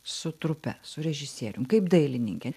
su trupe su režisierium kaip dailininkė